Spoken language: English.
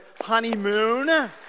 honeymoon